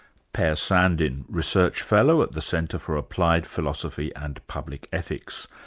per sandin, research fellow at the centre for applied philosophy and public ethics.